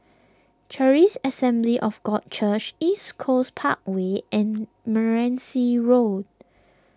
Charis Assembly of God Church East Coast Parkway and Meranti Road